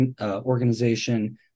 Organization